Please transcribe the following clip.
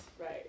Right